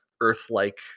earth-like